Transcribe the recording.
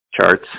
charts